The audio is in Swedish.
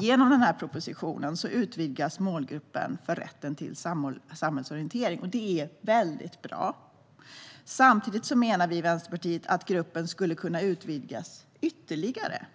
Genom denna proposition utvidgas den målgrupp som har rätt till samhällsorientering. Det är mycket bra. Samtidigt menar vi i Vänsterpartiet att denna grupp skulle kunna utvidgas ytterligare.